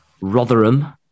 Rotherham